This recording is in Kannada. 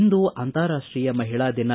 ಇಂದು ಅಂತಾರಾಷ್ಷೀಯ ಮಹಿಳಾ ದಿನ